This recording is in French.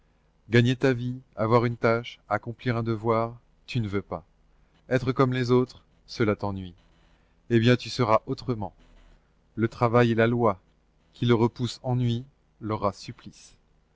gagner ta vie avoir une tâche accomplir un devoir tu ne veux pas être comme les autres cela t'ennuie eh bien tu seras autrement le travail est la loi qui le repousse ennui l'aura supplice